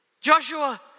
Joshua